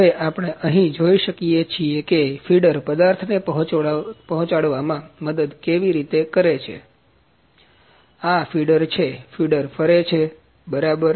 હવે આપણે અહીં જોઈ શકીએ છીએ કે ફીડર પદાર્થ પહોંચાડવા માં કેવી રીતે મદદ કરે છે આ ફીડર છે ફીડર ફરે છે બરાબર